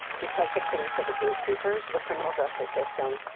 because the police are the gate keepers of the criminal justice system,